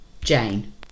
Jane